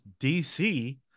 DC